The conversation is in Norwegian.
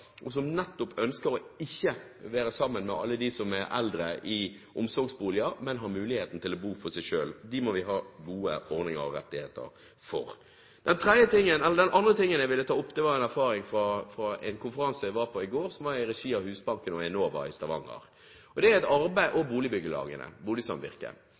og som nettopp ikke ønsker å være sammen med alle de som er eldre, i omsorgsboliger, men ha muligheten til å bo for seg selv. De må vi ha gode ordninger og rettigheter for. Den andre tingen jeg vil ta opp, er erfaringen fra en konferanse jeg var på i går, i regi av Husbanken, Enova i Stavanger og